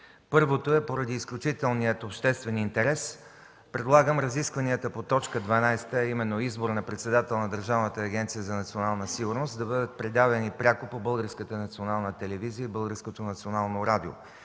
Поради изключителния обществен интерес предлагам разискванията по точка 12, а именно избор на председател на Държавна агенция „Национална сигурност”, да бъдат предавани пряко по Българската